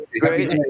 Great